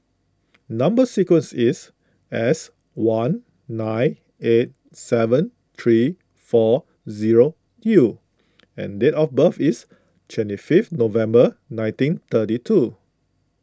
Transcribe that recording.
Number Sequence is S one nine eight seven three four zero U and date of birth is twenty fifth November nineteen thirty two